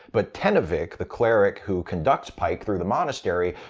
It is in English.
but tenavik, the cleric who conducts pike through the monastery,